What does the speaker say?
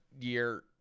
year